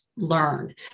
learn